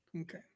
Okay